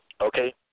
okay